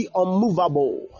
unmovable